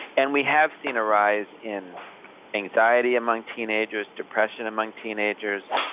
and we have seen a rise in anxiety among teenagers, depression among teenagers,